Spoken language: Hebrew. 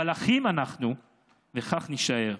אבל אחים אנחנו וכך נישאר.